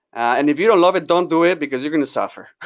and if you don't love it, don't do it, because you're going to suffer.